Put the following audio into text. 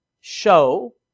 show